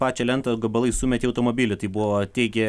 pačią lentą gabalais sumetė į automobilį tai buvo teigė